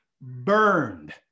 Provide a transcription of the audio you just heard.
burned